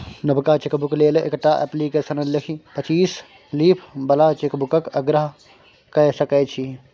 नबका चेकबुक लेल एकटा अप्लीकेशन लिखि पच्चीस लीफ बला चेकबुकक आग्रह कए सकै छी